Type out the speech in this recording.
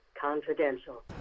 Confidential